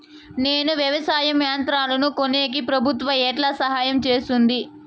నేను వ్యవసాయం యంత్రాలను కొనేకి ప్రభుత్వ ఎట్లా సహాయం చేస్తుంది?